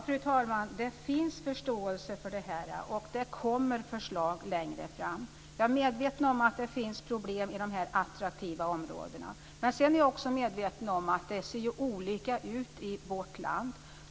Fru talman! Det finns förståelse för detta, och det kommer förslag längre fram. Jag är medveten om att det finns problem i dessa attraktiva områden. Men jag är också medveten om att det ser olika ut i vårt land.